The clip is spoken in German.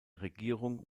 regierung